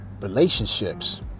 relationships